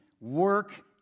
work